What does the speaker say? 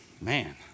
Man